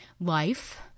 life